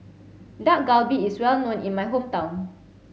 Dak Galbi is well known in my hometown